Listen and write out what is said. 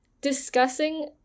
discussing